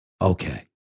Okay